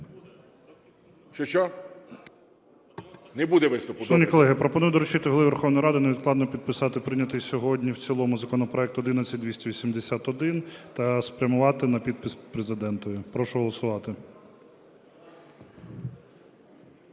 Що-що? Не буде виступу.